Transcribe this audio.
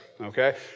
okay